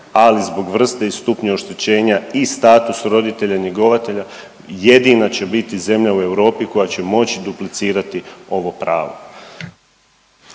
ali zbog vrste i stupnja oštećenja i status roditelja njegovatelja jedina će biti zemlja u Europi koja će moći duplicirati ovo pravo.